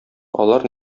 алар